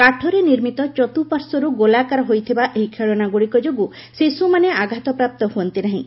କାଠରେ ନିର୍ମିତ ଚର୍ତ୍ତୁଃପାର୍ଶ୍ୱରୁ ଗୋଲାକାର ହୋଇଥିବା ଏହି ଖେଳନାଗୁଡ଼ିକ ଯୋଗୁଁ ଶିଶୁମାନେ ଆଘାତପ୍ରାପ୍ତ ହୁଅନ୍ତି ନାହିଁ